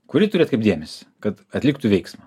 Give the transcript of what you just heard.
kuri turi atkreipt dėmesį kad atliktų veiksmą